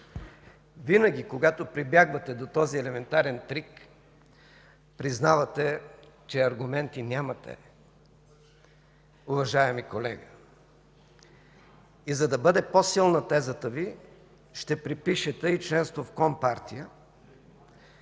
Винаги, когато прибягвате до този елементарен трик, признавате, че аргументи нямате, уважаеми колега. И, за да бъде по-силна тезата Ви, ще припишете и членство в компартия.